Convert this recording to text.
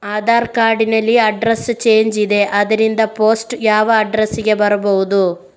Aadhaar card ನಲ್ಲಿ address change ಇದೆ ಆದ್ದರಿಂದ ಪೋಸ್ಟ್ ಯಾವ ಅಡ್ರೆಸ್ ಗೆ ಬರಬಹುದು?